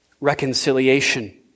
reconciliation